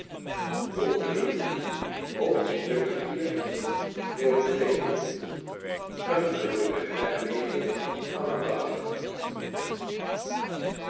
een gelukkig herleven van een dag